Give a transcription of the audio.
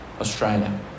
Australia